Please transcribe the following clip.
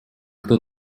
кто